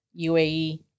uae